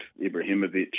Ibrahimovic